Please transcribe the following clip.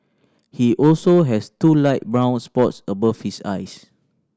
he also has two light brown spots above his eyes